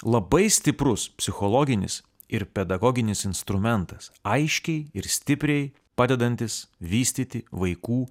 labai stiprus psichologinis ir pedagoginis instrumentas aiškiai ir stipriai padedantis vystyti vaikų